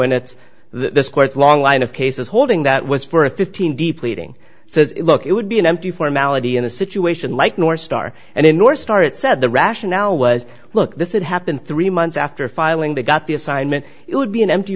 and that's the court's long line of cases holding that was for a fifteen d pleading says look it would be an empty formality in a situation like north star and in your star it said the rationale was look this it happened three months after filing they got the assignment it would be an empty